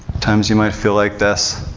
times you might feel like this.